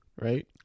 Right